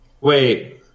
Wait